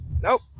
Nope